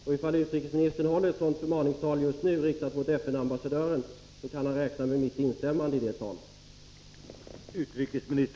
Om utrikesministern håller ett sådant tal just nu, riktat mot FN-ambassadören, kan han räkna med mitt instämmande.